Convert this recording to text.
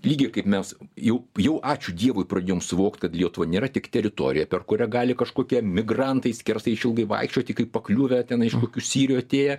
lygiai kaip mes jau jau ačiū dievui pradėjom suvokt kad lietuva nėra tik teritorija per kurią gali kažkokie migrantai skersai išilgai vaikščioti kaip pakliuvę tenai iš kokių sirijų atėję